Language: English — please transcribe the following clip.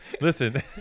listen